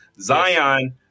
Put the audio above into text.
Zion